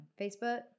Facebook